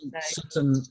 Certain